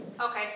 Okay